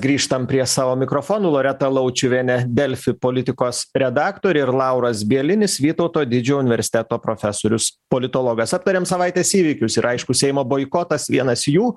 grįžtam prie savo mikrofonų loreta laučiuvienė delfi politikos redaktorė ir lauras bielinis vytauto didžio universiteto profesorius politologas aptarėm savaitės įvykius ir aišku seimo boikotas vienas jų